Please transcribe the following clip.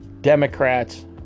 Democrats